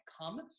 come